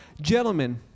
Gentlemen